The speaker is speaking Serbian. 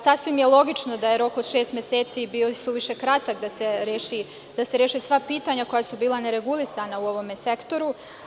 Sasvim je logično da je rok od šest meseci bio suviše kratak da se reše sva pitanja koja su bila neregulisana u ovom sektoru.